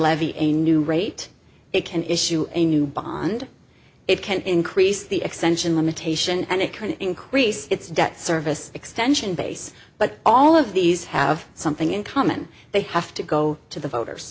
levy a new rate it can issue a new bond it can increase the extension limitation and it can increase its debt service extension base but all of these have something in common they have to go to the voters